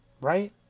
right